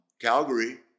Calgary